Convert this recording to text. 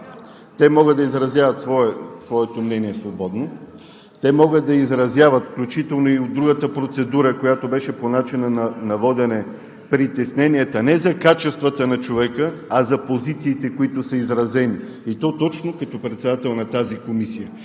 Те могат да изразяват своето мнение свободно, те могат да изразяват включително и от другата процедура, която беше по начина на водене, притесненията не за качествата на човека, а за позициите, които са изразени. И то точно като председател на тази комисия!